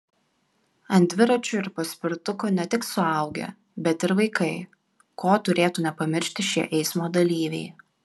ant dviračių ir paspirtukų ne tik suaugę bet ir vaikai ko turėtų nepamiršti šie eismo dalyviai